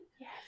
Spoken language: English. Yes